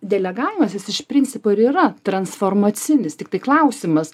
delegavimas jis iš principo ir yra transformacinis tiktai klausimas